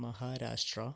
Maharashtra